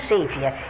Savior